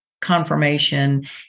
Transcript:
confirmation